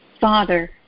Father